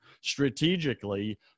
strategically